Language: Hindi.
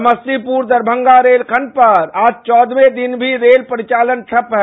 समस्तीपुर दरमंगा रेलखंड पर आज चौदहवें दिन भी रेल परिचालन ठप्प है